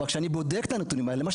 אבל כשאני בודק את הנתונים אני רואה